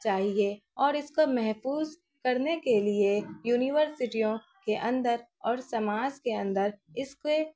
چاہیے اور اس کو محفوظ کرنے کے لیے یونیورسٹیوں کے اندر اور سماج کے اندر اس کے